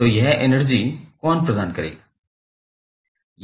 तो यह एनर्जी कौन प्रदान करेगा